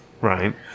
right